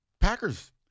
Packers